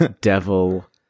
devil